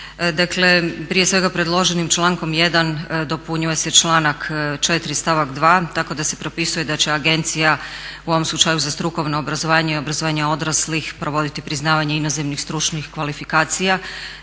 Dakle, prije svega predloženim člankom 1. dopunjuje se članak 4. stavak 2. tako da se propisuje da će agencija u ovom slučaju za strukovno obrazovanje i obrazovanje odraslih provoditi priznavanje inozemnih, stručnih kvalifikacija.